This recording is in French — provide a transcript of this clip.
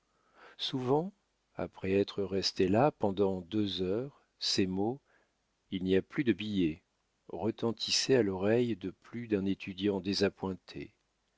souvent après être resté là pendant deux heures ces mots il n'y a plus de billets retentissaient à l'oreille de plus d'un étudiant désappointé